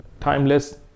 timeless